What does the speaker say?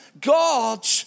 God